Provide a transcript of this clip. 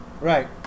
Right